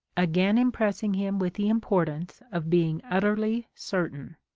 again impressing him with the importance of being utterly certain.